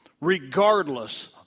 regardless